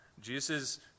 Jesus